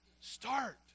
start